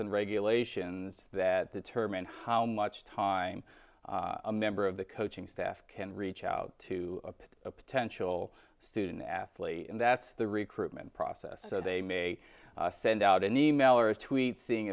and regulations that determine how much time a member of the coaching staff can reach out to potential student athlete and that's the recruitment process so they may send out an e mail or a tweet seeing